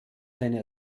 seine